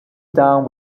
down